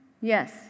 Yes